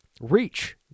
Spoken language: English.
reach